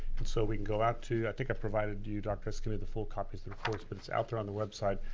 and so we can go out to, i think i've provided you dr. escamilla the full copies of the reports but it's out there on the website.